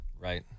Right